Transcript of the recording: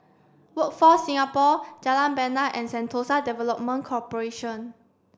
Workforce Singapore Jalan Bena and Sentosa Development Corporation